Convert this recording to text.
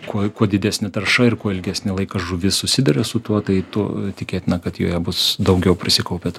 kuo kuo didesnė tarša ir kuo ilgesnį laiką žuvis susiduria su tuo tai tu tikėtina kad joje bus daugiau prisikaupę